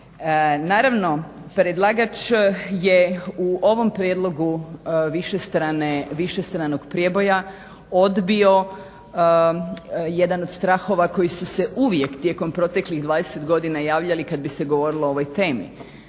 Naravno, predlagač je u ovom prijedlogu višestranog prijeboja odbio jedan od strahova koji su se uvijek tijekom proteklih 20 godina javljali kad bi se govorilo o ovoj temi